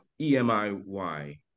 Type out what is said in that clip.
EMIY